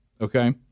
okay